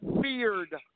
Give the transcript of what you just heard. feared